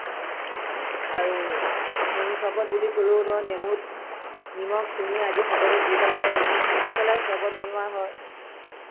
আৰু নেমু চৰবত বুলি ক'লেও ধৰক নেমুত নিমখ চেনি আদি সকলো দি পেলাই নেমু চেপি পেলাই চৰবত বনোৱা হয়